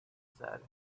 said